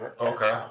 Okay